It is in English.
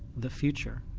the future.